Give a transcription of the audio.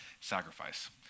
sacrifice